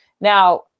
Now